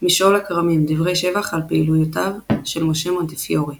משעול הכרמים – דברי שבח על פעולותיו של משה מונטיפיורי